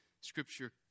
Scripture